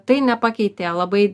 tai nepakeitė labai